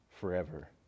forever